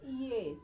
Yes